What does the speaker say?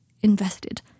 invested